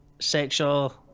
sexual